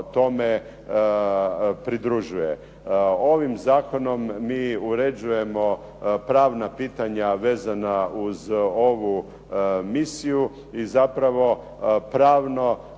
tome pridružuje. Ovim zakonom mi uređujemo pravna pitanja vezana uz ovu misiju i zapravo pravno